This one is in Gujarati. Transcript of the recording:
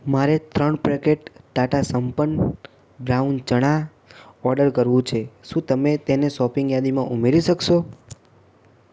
મારે ત્રણ packet Tata Sampann brown chana order કરવું છે શું તમે તેને સૉપિંગ યાદીમાં ઉમેરી શકશો